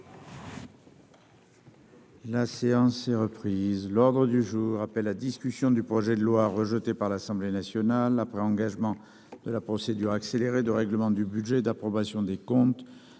La séance est reprise. L’ordre du jour appelle la discussion du projet de loi, rejeté par l’Assemblée nationale après engagement de la procédure accélérée, de règlement du budget et d’approbation des comptes